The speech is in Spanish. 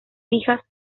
fijas